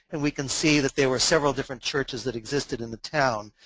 and we can see that there were several different churches that existed in the town.